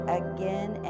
again